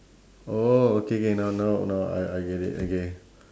oh okay K now now now I I get it okay